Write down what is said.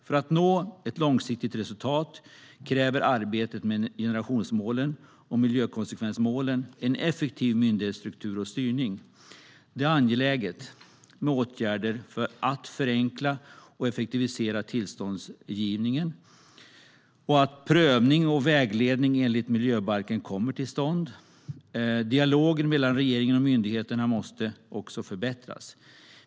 För att nå ett långsiktigt resultat kräver arbetet med generationsmålen och miljökvalitetsmålen en effektiv myndighetsstruktur och styrning. Det är angeläget med åtgärder för att förenkla och effektivisera tillståndsgivning och att prövning och vägledning enligt miljöbalken kommer till stånd. Dialogen mellan regeringen och myndigheterna måste också förbättras.